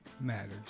matters